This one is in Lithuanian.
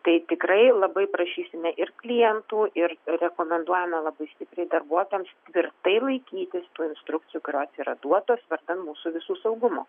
tai tikrai labai prašysime ir klientų ir rekomenduojame labai stipriai darbuotojams tvirtai laikytis tų instrukcijų kurios yra duotos vardan mūsų visų saugumo